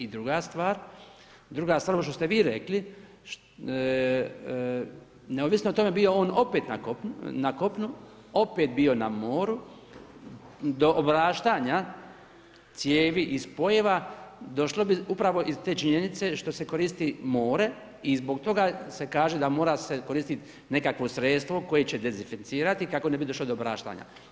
I druga stvar, ovo što ste vi rekli, neovisno o tome bio on opet na kopnu, opet bio na moru, do obrastanja cijevi i spojeva, došlo bi upravo iz te činjenice što se koristi more i zbog toga se kaže da mora se koristiti nekako sredstvo koje će dezinficirati kako ne bi došlo do obrastanja.